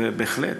ובהחלט,